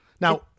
Now